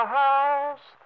house